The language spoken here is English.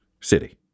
city